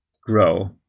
grow